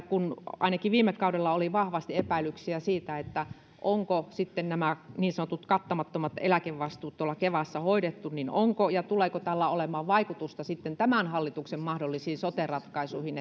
kun ainakin viime kaudella oli vahvasti epäilyksiä siitä onko nämä niin sanotut kattamattomat eläkevastuut tuolla kevassa hoidettu niin olisinkin kysynyt että onko tai tuleeko sillä että eläkemaksut ovat erisuuruisia eri eläkelaitoksissa olemaan vaikutusta tämän hallituksen mahdollisiin sote ratkaisuihin